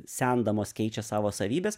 sendamos keičia savo savybes